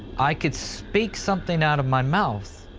i could speak something out of my mouth,